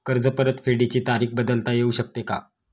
कर्ज परतफेडीची तारीख बदलता येऊ शकते का?